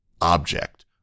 object